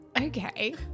okay